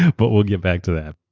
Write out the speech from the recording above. but we'll get back to that.